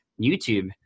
YouTube